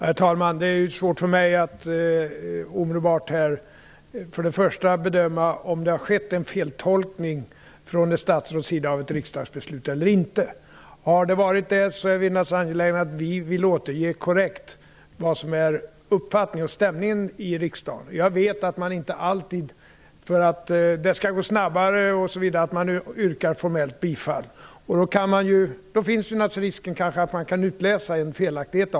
Herr talman! Det är svårt för mig att omedelbart här bedöma om det har skett en feltolkning från ett statsråds sida av ett riksdagsbeslut. Har det varit så, vill jag säga att vi är angelägna om att korrekt återge riksdagens stämningar och uppfattningar. Jag vet att man, för att det skall gå snabbare, inte alltid formellt yrkar bifall på reservationer. Då finns naturligtvis risken att detta kan utläsas felaktigt.